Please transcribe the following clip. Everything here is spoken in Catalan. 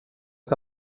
que